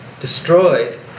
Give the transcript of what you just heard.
destroyed